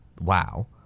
wow